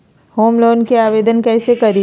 Home loan के आवेदन कैसे करि?